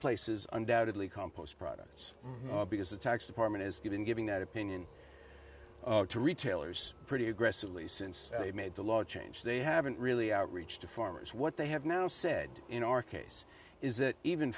places undoubtedly compost products because the tax department is good in giving that opinion to retailers pretty aggressively since they made the law change they haven't really outreach to farmers what they have now said in our case is that even